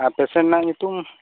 ᱟ ᱯᱮᱥᱮᱱᱴ ᱟᱜ ᱧᱩᱛᱩᱢ